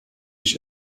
ich